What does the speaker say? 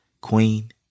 Queen